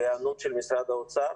והיענות של משרד האוצר.